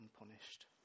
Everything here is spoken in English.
unpunished